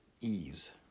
ease